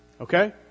Okay